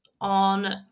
on